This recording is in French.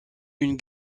une